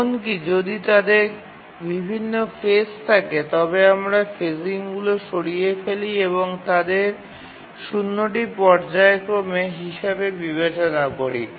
এমনকি যদি তাদের বিভিন্ন ফেজ থাকে তবে আমরা ফেজিংগুলি সরিয়ে ফেলি এবং তাদের ০ টি পর্যায়ক্রমে হিসাবে বিবেচনা করি